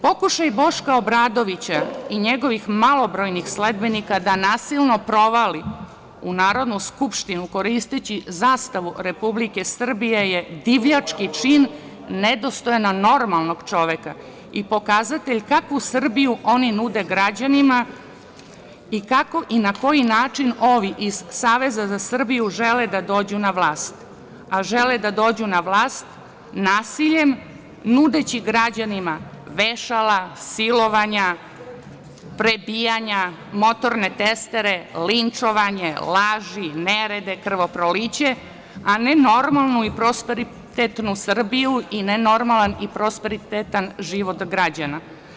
Pokušaj Boška Obradovića i njegovih malobrojnih sledbenika da nasilno provali u Narodnu skupštinu, koristeći zastavu Republike Srbije, je divljački čin nedostojno normalnog čoveka i pokazatelj kakvu Srbiju oni nude građanima i kako i na koji način ovi iz Saveza za Srbiju žele da dođu na vlast, a žele da dođu na vlast nasiljem, nudeći građanima vešala, silovanja, prebijanja, motorne testere, linčovanje, laži, nerede, krvoproliće, a ne normalnu i prosperitetnu Srbiju i ne normalan i prosperitetan život građana.